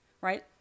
Right